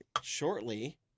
shortly